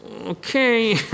Okay